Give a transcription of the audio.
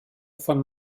von